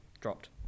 Dropped